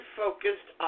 focused